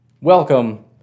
Welcome